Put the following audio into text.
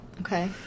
okay